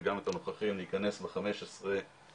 וגם את הנוכחים להיכנס בחמש עשרה לשתים